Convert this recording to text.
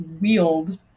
wield